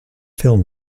film